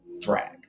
drag